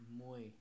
Muy